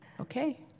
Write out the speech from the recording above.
Okay